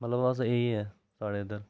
मतलब बस इ'यै ऐ साढ़े इद्धर